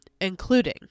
including